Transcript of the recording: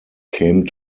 came